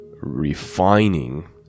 refining